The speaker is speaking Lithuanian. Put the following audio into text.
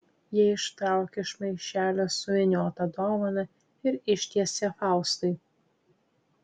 ji ištraukia iš maišelio suvyniotą dovaną ir ištiesia faustui